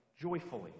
joyfully